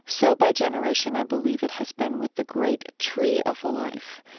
so by generation i believe it has been with the great tree of life,